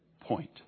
point